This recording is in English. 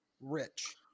rich